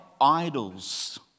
idols